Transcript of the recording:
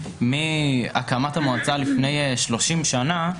מהקמת המועצה לפני 30 שנה,